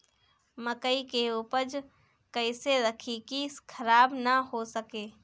मकई के उपज कइसे रखी की खराब न हो सके?